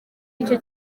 nicyo